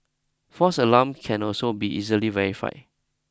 false alarm can also be easily verified